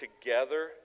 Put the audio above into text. together